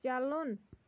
چلُن